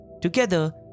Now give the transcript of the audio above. Together